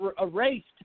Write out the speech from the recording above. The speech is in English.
Erased